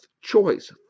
choice